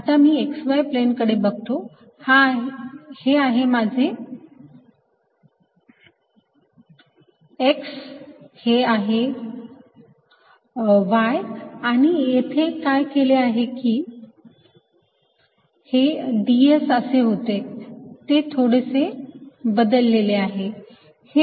आता मी x y plane कडे बघतो हे आहे माझे X हे आहे Y आपण येथे काय केले आहे की हे ds असे होते ते थोडेसे बदललेले आहे